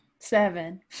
Seven